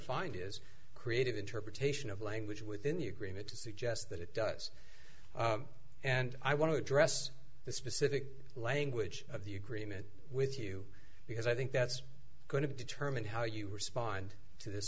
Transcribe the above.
find is creative interpretation of language within the agreement to suggest that it does and i want to address the specific language of the agreement with you because i think that's going to determine how you respond to this